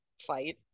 fight